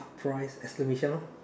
half price exclamation mark